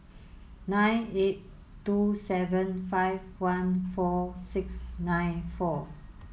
nine eight two seven five one four six nine four